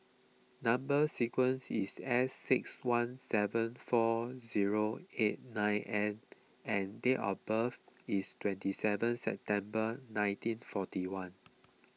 Number Sequence is S six one seven four zero eight nine N and date of birth is twenty seven September nineteen forty one